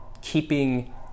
keeping